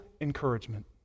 encouragement